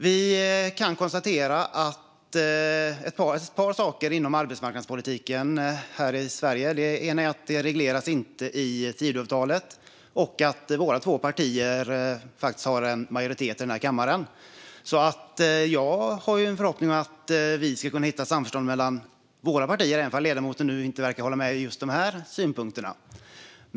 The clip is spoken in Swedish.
Vi kan konstatera ett par saker om arbetsmarknadspolitiken i Sverige. Det ena är att den inte regleras i Tidöavtalet. Dessutom har våra två partier faktiskt majoritet i den här kammaren. Jag har alltså en förhoppning att vi ska kunna finna samförstånd mellan våra två partier, även om ledamoten inte verkar hålla med om just de här synpunkterna.